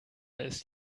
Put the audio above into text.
ist